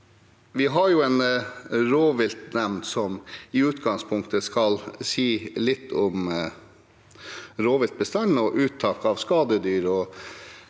Vi har en rovviltnemnd som i utgangspunktet skal si litt om rovviltbestanden og uttak av skadedyr.